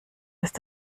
ist